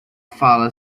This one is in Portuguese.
fala